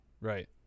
Right